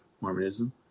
Mormonism